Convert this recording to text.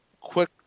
Quick